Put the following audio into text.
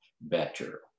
better